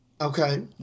Okay